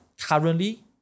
currently